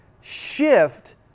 shift